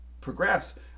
progress